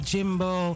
Jimbo